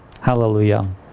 Hallelujah